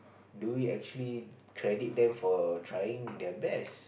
do you actually credit them for trying their best